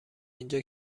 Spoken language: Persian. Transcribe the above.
اینجا